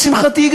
לשמחתי,